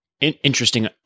interesting